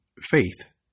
faith